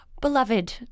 beloved